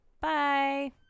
Bye